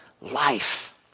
life